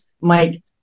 Mike